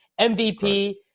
MVP